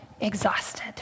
exhausted